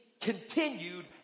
continued